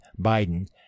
Biden